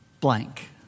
blank